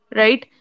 right